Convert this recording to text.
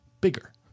bigger